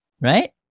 right